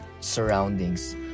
surroundings